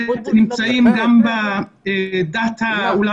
אני אשאיר לכם 10 דקות בסוף ותתווכחו